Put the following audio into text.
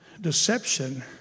deception